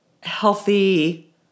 healthy